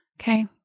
Okay